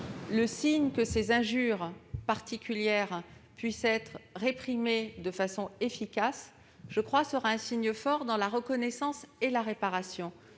Le fait que ces injures particulières puissent être réprimées de façon efficace constituera un signe fort de reconnaissance et de réparation.